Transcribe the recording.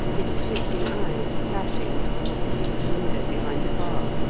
his shifting eyes flashing toward the huge window behind the bar,